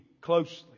closely